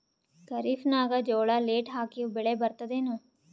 ಖರೀಫ್ ನಾಗ ಜೋಳ ಲೇಟ್ ಹಾಕಿವ ಬೆಳೆ ಬರತದ ಏನು?